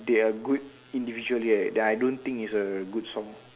they're good individually right then I don't think is a good song